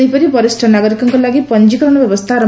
ସେହିପରି ବରିଷ ନାଗରିକଙ୍ଙ ଲାଗି ପଞିକରଣ ବ୍ୟବସ୍ରା ଆର